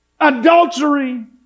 Adultery